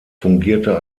fungierte